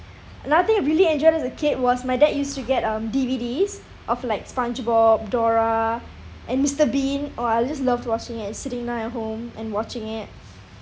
another thing I really enjoyed as a kid was my dad used to get um D_V_Ds of like Spongebob dora and mister bean oh I just loved watching and sitting down at home and watching it